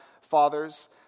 fathers